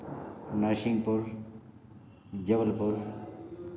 Narsinghpur Jabalpur